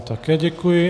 Také děkuji.